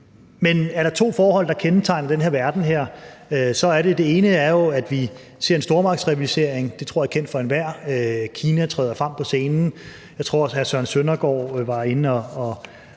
men der er to forhold, der kendetegner den her verden. Det ene jo, at vi ser en stormagtsrivalisering; det tror jeg er kendt for enhver. Kina træder frem på scenen. Jeg tror også, at hr. Søren Søndergaard var inde at